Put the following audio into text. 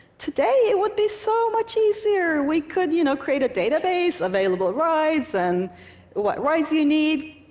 today, it would be so much easier. we could you know create a database, available rides and what rides you need,